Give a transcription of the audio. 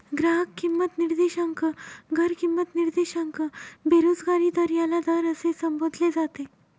ग्राहक किंमत निर्देशांक, घर किंमत निर्देशांक, बेरोजगारी दर याला दर असे संबोधले जाते